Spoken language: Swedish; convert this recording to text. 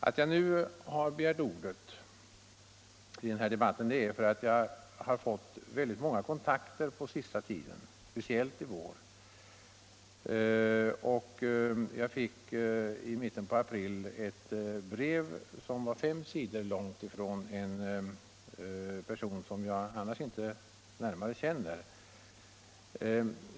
Att jag nu begärt ordet i den debatten beror på att jag under senare tid, speciellt i vår, fått många kontakter. Jag fick t.ex. i mitten av april ett fem sidor långt brev från en person som jag inte närmare känner.